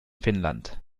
finnland